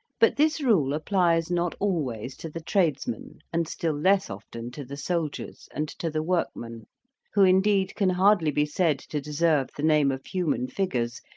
but this rule applies not always to the tradesmen, and still less often to the soldiers, and to the workmen who indeed can hardly be said to deserve the name of human figures,